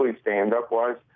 stand-up-wise